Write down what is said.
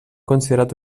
considerat